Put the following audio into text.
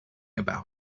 about